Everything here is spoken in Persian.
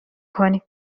کنید